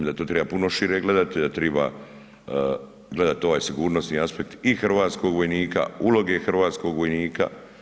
Onda to treba puno šire gledati, da treba gledati ovaj sigurnosni aspekt i hrvatskog vojnika, uloge hrvatskog vojnika.